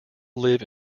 live